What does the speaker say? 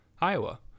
Iowa